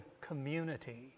community